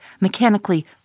mechanically